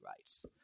rights